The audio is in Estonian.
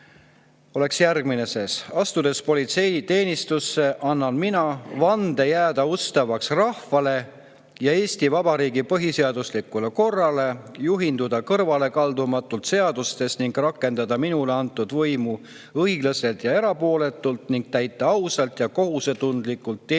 ette – järgmine: "Astudes politseiteenistusse, annan mina, [ees- ja perekonnanimi] vande jääda ustavaks rahvale ja Eesti Vabariigi põhiseaduslikule korrale, juhinduda kõrvalekaldumatult seadustest ning rakendada minule antud võimu õiglaselt ja erapooletult ning täita ausalt ja kohusetundlikult teenistuskohustusi,